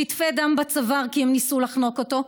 שטפי דם בצוואר, כי הם ניסו לחנוק אותו,